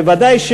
בוודאי,